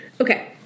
Okay